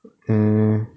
mm